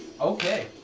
Okay